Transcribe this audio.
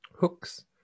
hooks